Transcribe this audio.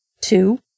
two